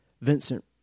Vincent